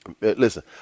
listen